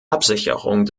absicherung